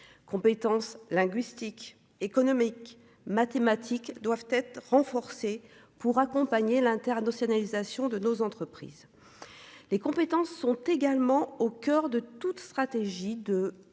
Compétences linguistiques économiques mathématique doivent être renforcés pour accompagner l'Inter dossier réalisation de nos entreprises. Les compétences sont également au coeur de toute stratégie de relocalisation,